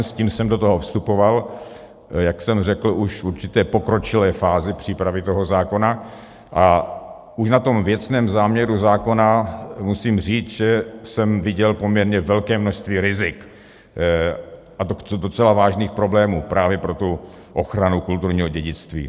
S tím jsem do toho vstupoval, jak jsem řekl, už v určité pokročilé fázi přípravy toho zákona a už na tom věcném záměru zákona musím říct, že jsem viděl poměrně velké množství rizik a docela vážných problémů právě pro tu ochranu kulturního dědictví.